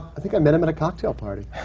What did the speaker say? i think i met him at a cocktail party.